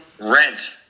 rent